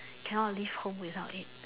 cannot leave home without it